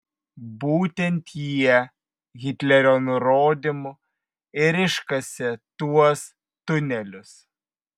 būtent jie hitlerio nurodymu ir iškasė tuos tunelius